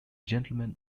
gentleman